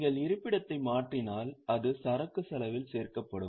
நீங்கள் இருப்பிடத்தை மாற்றினால் அது சரக்கு செலவில் சேர்க்கப்படும்